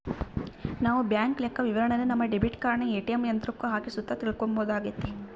ನಾವು ಬ್ಯಾಂಕ್ ಲೆಕ್ಕವಿವರಣೆನ ನಮ್ಮ ಡೆಬಿಟ್ ಕಾರ್ಡನ ಏ.ಟಿ.ಎಮ್ ಯಂತ್ರುಕ್ಕ ಹಾಕಿ ಸುತ ತಿಳ್ಕಂಬೋದಾಗೆತೆ